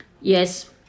Yes